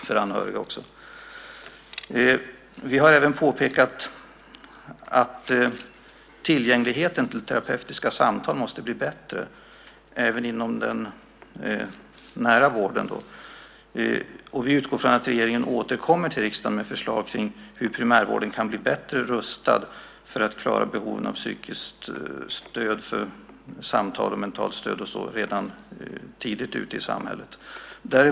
Vi har också påpekat att tillgängligheten till terapeutiska samtal måste bli bättre även inom den nära vården. Vi utgår från att regeringen återkommer till riksdagen med förslag på hur primärvården kan bli bättre rustad för att klara behoven av psykiskt stöd genom samtal och mentalt stöd redan tidigt ute i samhället.